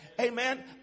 Amen